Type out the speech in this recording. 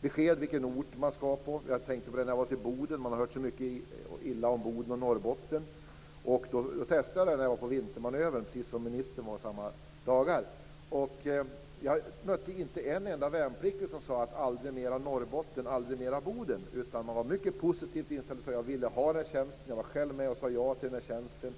Det är viktigt att få besked om vilken ort man skall placeras på. Det har framkommit så mycket illa om Boden och Norrbotten. Jag var där på vintermanövern samma dagar som ministern. Jag mötte inte en enda värnpliktig som sade: "Aldrig mera Norrbotten. Aldrig mera Boden." De var mycket positivt anställda och sade: "Jag ville ha tjänsten. Jag sade själv ja till tjänsten."